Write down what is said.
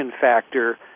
factor